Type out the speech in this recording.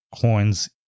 coins